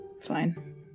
Fine